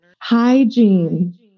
hygiene